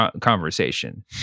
conversation